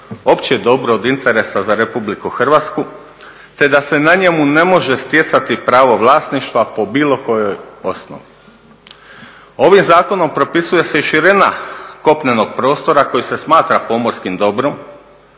opće dobro od interesa za Republiku Hrvatsku te da se na njemu ne može stjecati pravo vlasništva po bilo kojoj osnovi. Ovim zakonom propisuje se i širina kopnenog prostora koji se smatra pomorskim dobrom